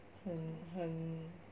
很很